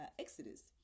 Exodus